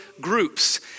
groups